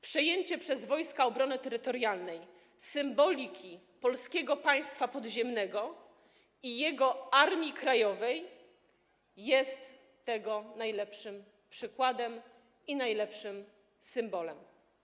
Przejęcie przez Wojska Obrony Terytorialnej symboliki Polskiego Państwa Podziemnego i jego Armii Krajowej jest tego najlepszym przykładem i najlepszym symbolem.